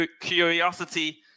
Curiosity